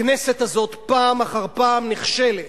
הכנסת הזאת פעם אחר פעם נכשלת,